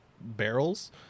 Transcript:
barrels